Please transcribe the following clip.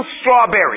strawberry